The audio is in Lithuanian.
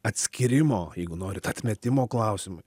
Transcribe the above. atskyrimo jeigu norit atmetimo klausimai